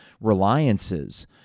reliances